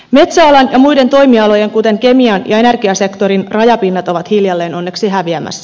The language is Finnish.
metsäalan ja muiden toimialojen kuten kemian ja energiasektorin rajapinnat ovat hiljalleen onneksi häviämässä